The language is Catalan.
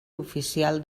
oficial